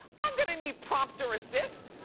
i'm gonna need prompter assist.